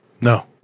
No